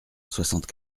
soixante